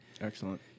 Excellent